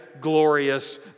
glorious